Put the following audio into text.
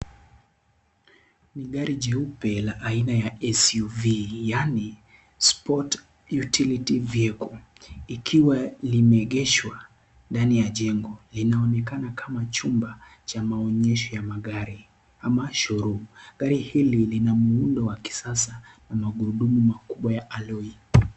Ni gari jeupe la aina ya SUV yaani sport utility vehicle ikiwa limeegeshwa ndani ya jengo. Linaonekana kama chumba cha maonyesho ya magari ama showroom . Gari hili lina muundo wa kisasa na maguurudumu makubwa ya aloi.